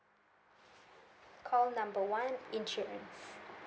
call number one insurance